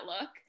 look